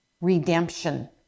redemption